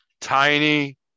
tiny